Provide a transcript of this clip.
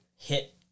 Hit